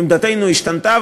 עמדתנו השתנתה,